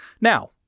Now